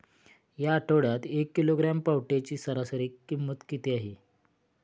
या आठवड्यात एक किलोग्रॅम पावट्याची सरासरी किंमत किती आहे?